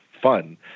fun